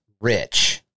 rich